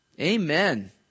Amen